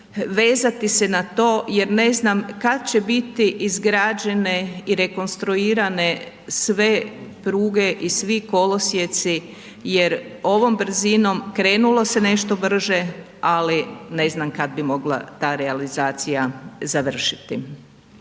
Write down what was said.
vezati se na to jer ne znam kad će biti izgrađene i rekonstruirane sve pruge i svi kolosijeci jer ovom brzinom, krenulo se nešto brže, ali ne znam kad bi mogla ta realizacija završiti.